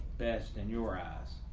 best and your ass.